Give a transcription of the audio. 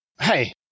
hey